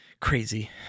crazy